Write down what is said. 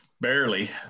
Barely